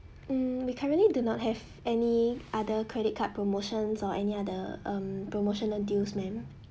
hmm we currently do not have any other credit card promotions or any other um promotional deals ma'am